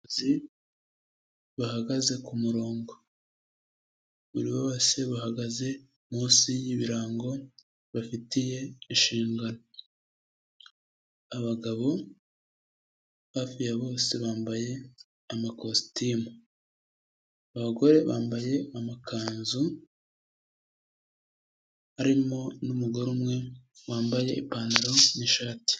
Abayobozi bahagaze k'umurongo buri bose bahagaze munsi y'ibirango bafitiye inshingano .abagabo hafi ya bose bambaye amakositimu, abagore bambaye amakanzu, harimo n'umugore umwe wambaye ipantaro n'ishati.